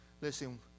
listen